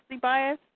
bias